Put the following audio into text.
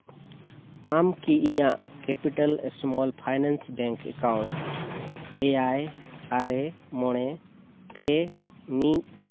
ᱟᱢ ᱠᱤ ᱤᱧᱟᱹᱜ capital small finance bank account ᱮᱭᱟᱭ ᱟᱨᱮ ᱢᱚᱬᱮ ᱯᱮ ᱢᱤᱫ